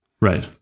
Right